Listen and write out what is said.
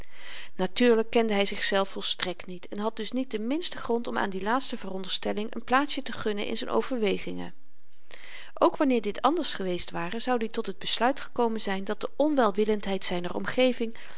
natuurlyk kende hy zichzelf volstrekt niet en had dus niet den minsten grond om aan die laatste veronderstelling n plaatsje te gunnen in z'n overwegingen ook wanneer dit anders geweest ware zoud i tot het besluit gekomen zyn dat de onwelwillendheid zyner omgeving